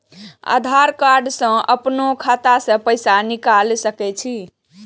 आधार कार्ड से अपनो खाता से पैसा निकाल सके छी?